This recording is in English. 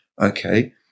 Okay